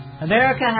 America